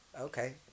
okay